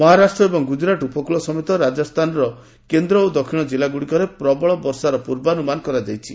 ମହାରାଷ୍ଟ୍ର ଏବଂ ଗୁଜରାଟ ଉପକୂଳ ସମେତ ରାଜସ୍ଥାନର କେନ୍ଦ୍ର ଓ ଦକ୍ଷିଣ ଜିଲ୍ଲାଗୁଡ଼ିକରେ ପ୍ରବଳ ବର୍ଷାର ପୂର୍ବାନୁମାନ କରାଯାଇଛି